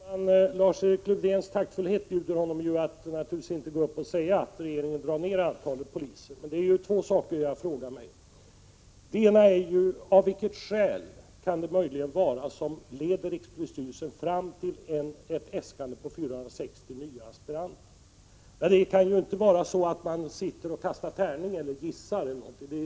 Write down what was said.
Herr talman! Lars-Erik Lövdéns taktfullhet bjuder honom att naturligtvis inte säga att regeringen drar ner antalet poliser. Det är två saker jag frågar mig. Den ena är vilket skäl det möjligen kan vara som leder rikspolisstyrelsen fram till ett äskande om 460 nya aspiranter. Det kan ju inte vara så att man sitter och kastar tärning eller gissar.